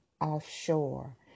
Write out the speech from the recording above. offshore